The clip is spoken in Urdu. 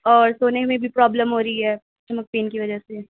اور سونے میں بھی پرابلم ہو رہی ہے اسٹمک پین کی وجہ سے